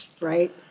right